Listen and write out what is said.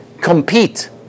compete